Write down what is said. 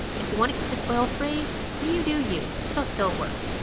if you want to keep this oil-free, you do you. it'll still work.